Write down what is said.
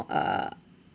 uh